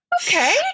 Okay